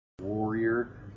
warrior